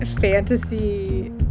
fantasy